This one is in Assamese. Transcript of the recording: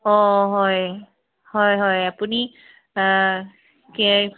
অঁ হয় হয় হয় আপুনি